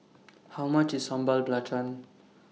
How much IS Sambal Belacan